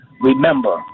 remember